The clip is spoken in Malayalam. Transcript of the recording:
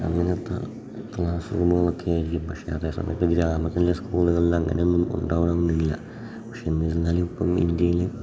അങ്ങനത്തെ ക്ലാസ് റൂമുകളൊക്കെ ആയിരിക്കും പക്ഷേ അതേ സമയത്ത് ഗ്രാമത്തിലെ സ്കൂളുകളിൽ അങ്ങനെ ഒന്നും ഉണ്ടാകണം എന്നില്ല പക്ഷേ എന്നിരുന്നാലും ഇപ്പം ഇന്ത്യയിൽ